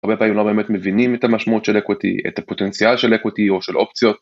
הרבה פעילים לא באמת מבינים את המשמעות של equity, את הפוטנציאל של equity או של אופציות